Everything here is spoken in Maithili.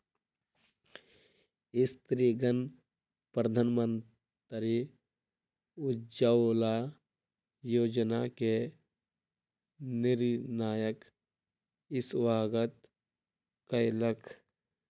स्त्रीगण प्रधानमंत्री उज्ज्वला योजना के निर्णयक स्वागत कयलक